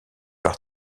par